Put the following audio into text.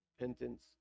repentance